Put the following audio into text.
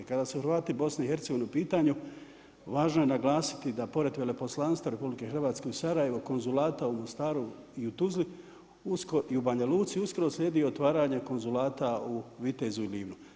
Kada su Hrvati BIH u pitanju, važno je naglasiti da pored veleposlanstva RH u Sarajevu, konzultanta u Mostaru, u Tuzli i u Banja Luci, uskoro slijedi otvaranja konzulata u Vitezu i u Livnu.